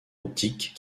optique